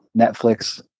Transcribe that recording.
Netflix